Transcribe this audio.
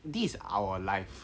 this is our life